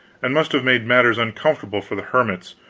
and must have made matters uncomfortable for the hermits,